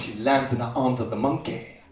lands in the arms of the monkey.